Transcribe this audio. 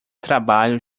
trabalho